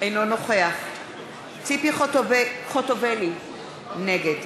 אינו נוכח ציפי חוטובלי, נגד